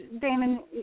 Damon